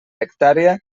hectàrea